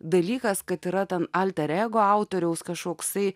dalykas kad yra tam alterego autoriaus kažkoksai